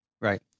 Right